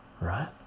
right